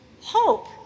Hope